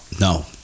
no